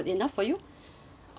alright sure